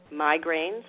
migraines